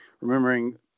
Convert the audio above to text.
remembering